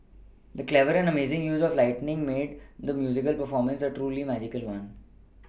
the clever and amazing use of lighting made the musical performance a truly magical one